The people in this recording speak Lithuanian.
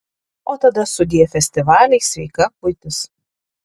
o tada sudie festivaliai sveika buitis